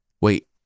Wait